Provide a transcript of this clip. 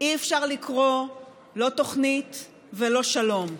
אי-אפשר לקרוא לא תוכנית ולא שלום,